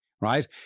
right